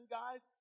guys